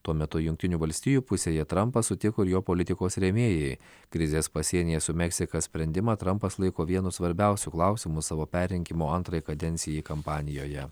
tuo metu jungtinių valstijų pusėje trampą sutiko ir jo politikos rėmėjai krizės pasienyje su meksika sprendimą trampas laiko vienu svarbiausių klausimų savo perrinkimo antrai kadencijai kampanijoje